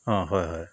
অঁ হয় হয়